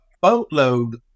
boatload